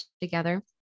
together